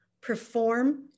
perform